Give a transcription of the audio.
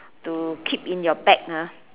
to keep in your bag ah